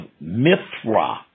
Mithra